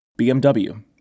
BMW